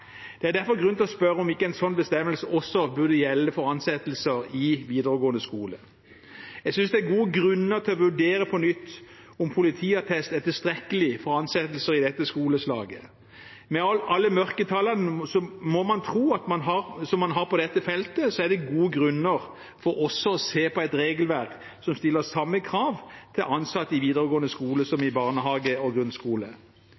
Det er derfor grunn til å spørre om ikke en sånn bestemmelse også burde gjelde for ansettelse i videregående skole. Jeg synes det er god grunn for å vurdere på nytt om politiattest er tilstrekkelig for ansettelse også i dette skoleslaget. Med alle mørketallene man har på dette feltet, er det gode grunner for også å se på et regelverk som stiller samme krav til ansatte i videregående skole